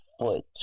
foot